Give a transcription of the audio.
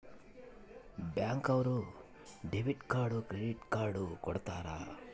bank ಅವ್ರು debit card credit card ಕೊಡ್ತಾರ